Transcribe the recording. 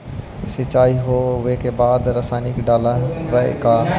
सीचाई हो बे के बाद रसायनिक डालयत किया?